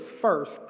first